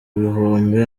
bihumbi